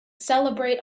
celebrate